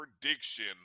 prediction